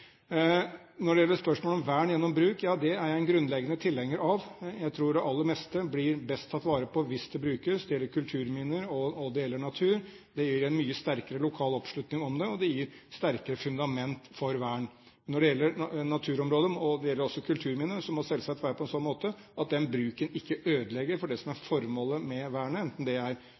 Når det gjelder spørsmålet om vern gjennom bruk, så er jeg en grunnleggende tilhenger av det. Jeg tror det aller meste blir best tatt vare på hvis det brukes. Det gjelder kulturminner og det gjelder natur. Det gir en mye sterkere lokal oppslutning om det, og det gir sterkere fundament for vern. Når det gjelder naturområder og også kulturminner, må det selvsagt være på en slik måte at bruken ikke ødelegger for det som er formålet med vernet, enten det er